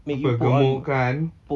apa gemukkan